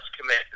commit